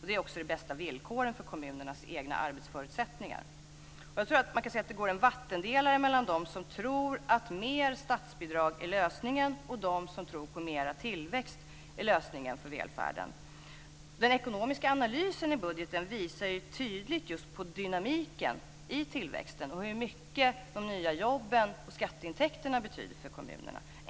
Det är också det bästa villkoret för kommunernas egna arbetsförutsättningar. Man kan säga att det går en vattendelare mellan dem som tror att mer statsbidrag är lösningen och dem som tror att mer tillväxt är det bästa för välfärden. Den ekonomiska analysen i budgeten visar tydligt just på dynamiken i tillväxten och på hur mycket de nya jobben och skatteintäkterna betyder för kommunerna.